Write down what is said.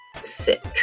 sick